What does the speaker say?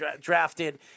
drafted